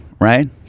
right